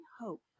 hope